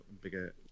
bigger